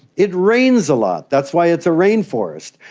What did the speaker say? it rains a lot, that's why it's a rainforest.